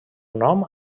nom